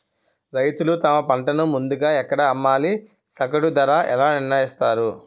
రైతులు తమ పంటను ముందుగా ఎక్కడ అమ్మాలి? సగటు ధర ఎలా నిర్ణయిస్తారు?